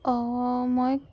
অঁ মই